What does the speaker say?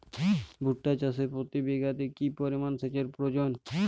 ভুট্টা চাষে প্রতি বিঘাতে কি পরিমান সেচের প্রয়োজন?